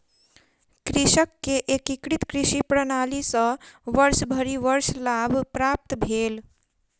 कृषक के एकीकृत कृषि प्रणाली सॅ वर्षभरि वर्ष लाभ प्राप्त भेल